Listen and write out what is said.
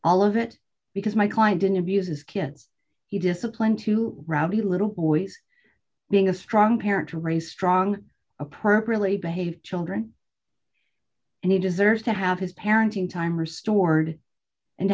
all of it because my client didn't abuse his kids he discipline to rob the little boy being a strong parent or a strong appropriately behaved children and he deserves to have his parenting time restored and to